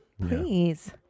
Please